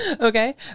okay